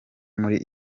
muri